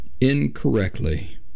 incorrectly